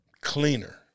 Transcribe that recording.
cleaner